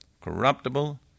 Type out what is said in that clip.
corruptible